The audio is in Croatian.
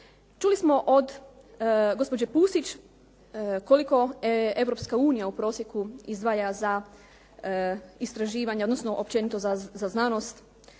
Čuli smo od gospođe Pusić koliko Europska unija u prosjeku izdvaja za istraživanja odnosno općenito za znanost.